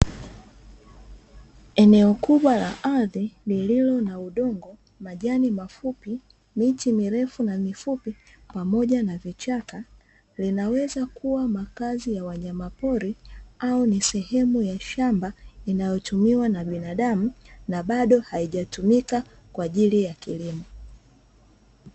Eneo kubwa la ardhi lililo na udongo, majani mafupi miti mirefu na mifupi pamoja na vichaka linaweza kuwa makazi ya wanayama pori au ni sehemu ya shamba inayo tumiwa na binadamu na bado haijatumika kwa ajili ya kilimo.